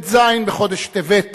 ט"ז בחודש טבת התשע"ב,